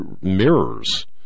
mirrors